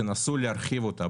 תנסו להרחיב אותה.